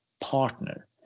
partner